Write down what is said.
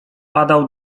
padał